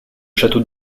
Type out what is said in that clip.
château